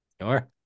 Sure